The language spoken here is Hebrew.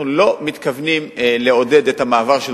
אנחנו לא מתכוונים לעודד את המעבר של